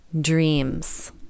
dreams